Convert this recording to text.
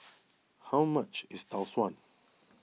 how much is Tau Suan